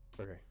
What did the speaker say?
okay